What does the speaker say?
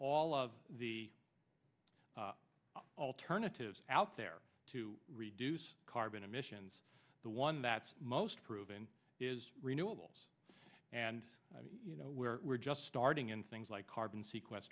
all of the alternatives out there to reduce carbon emissions the one that's most proven is renewables and you know where we're just starting in things like carbon seque